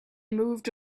moved